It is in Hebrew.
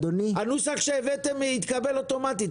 הנוסח שהבאתם התקבל אוטומטית,